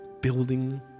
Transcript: building